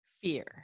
Fear